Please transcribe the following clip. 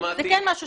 שמעתי.